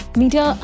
media